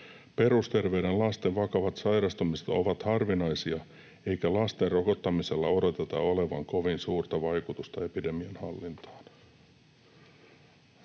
”perusterveiden lasten vakavat sairastumiset ovat harvinaisia, eikä lasten rokottamisella odoteta olevan kovin suurta vaikutusta epidemian hallintaan”.